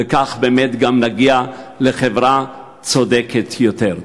וכך באמת גם נגיע לחברה צודקת יותר.